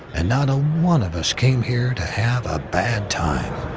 and not a one of us came here to have a bad time.